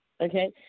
Okay